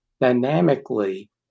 dynamically